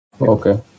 Okay